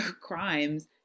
crimes